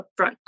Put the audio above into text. upfront